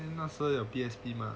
那时候有 P_S_P 吗